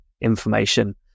information